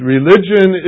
Religion